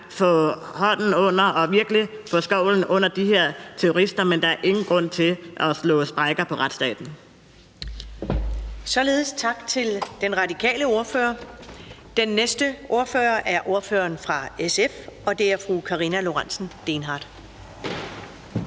Alle vil gerne virkelig få skovlen under de her terrorister, men der er ingen grund til at slå sprækker i retsstaten. Kl. 11:08 Første næstformand (Karen Ellemann): Tak til den radikale ordfører. Den næste ordfører er ordføreren fra SF, og det er fru Karina Lorentzen Dehnhardt.